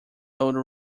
old